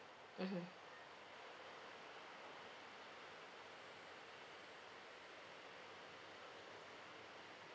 mmhmm